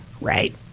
Right